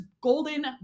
golden